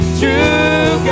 true